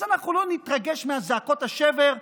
אז אנחנו לא נתרגש מזעקות השבר,